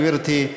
גברתי,